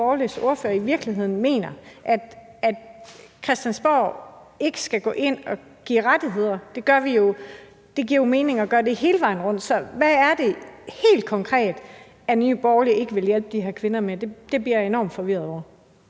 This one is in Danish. Borgerliges ordfører i virkeligheden mener, altså i forhold til om Christiansborg ikke skal gå ind og give rettigheder – det giver jo mening at gøre det hele vejen rundt. Så hvad er det helt konkret, som Nye Borgerlige ikke vil hjælpe de her kvinder med? Det bliver jeg enormt forvirret over.